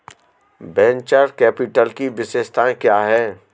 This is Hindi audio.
वेन्चर कैपिटल की विशेषताएं क्या हैं?